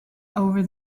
over